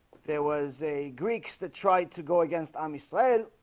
there was a greeks that tried to go against a misael